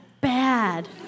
bad